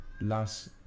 last